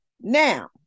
Now